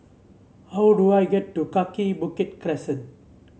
how do I get to Kaki Bukit Crescent